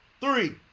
Three